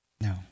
No